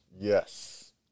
Yes